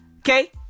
okay